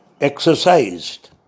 exercised